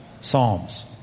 Psalms